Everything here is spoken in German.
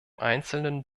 einzelnen